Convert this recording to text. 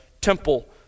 temple